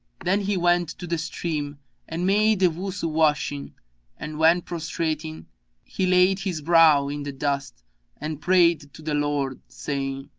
then he went to the stream and made the wuzu-washing and when prostrating he laid his brow in the dust and prayed to the lord, saying,